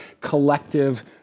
collective